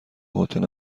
هتل